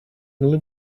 live